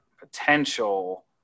potential